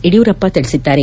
ಯಡಿಯೂರಪ್ಪ ತಿಳಿಸಿದ್ದಾರೆ